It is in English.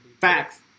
Facts